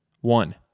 One